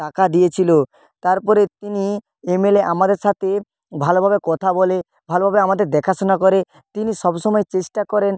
টাকা দিয়েছিলো তারপরে তিনি এমএলএ আমাদের সাথে ভালোভাবে কথা বলে ভালোভাবে আমাদের দেখাশোনা করে তিনি সব সময় চেষ্টা করেন